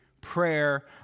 prayer